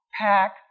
pack